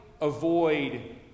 avoid